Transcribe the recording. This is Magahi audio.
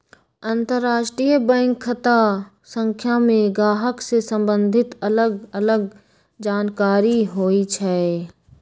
अंतरराष्ट्रीय बैंक खता संख्या में गाहक से सम्बंधित अलग अलग जानकारि होइ छइ